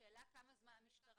השאלה היא כמה זמן המשטרה,